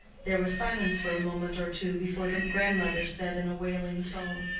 there was silence for a moment or two before the grandmother said in a wailing tone,